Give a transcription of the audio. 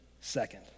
second